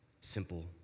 simple